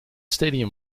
stadium